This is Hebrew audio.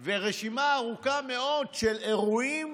עם רשימה ארוכה מאוד של אירועים